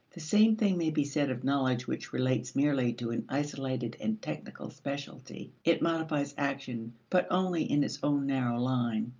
the same thing may be said of knowledge which relates merely to an isolated and technical specialty it modifies action but only in its own narrow line.